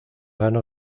gana